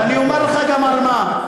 ואני אומר לך גם על מה.